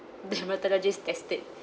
dermatologist-tested